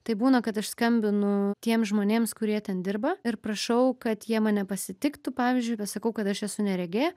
tai būna kad aš skambinu tiems žmonėms kurie ten dirba ir prašau kad jie mane pasitiktų pavyzdžiui pasakau kad aš esu neregė